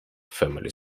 female